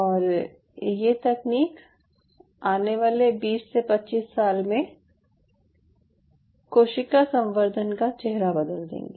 और ये तकनीक आने वाले 20 से 25 साल में कोशिका संवर्धन का चेहरा बदल देंगी